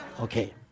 Okay